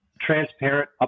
transparent